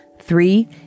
Three